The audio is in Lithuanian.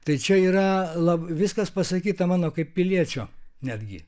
tai čia yra la viskas pasakyta mano kaip piliečio netgi